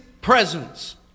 presence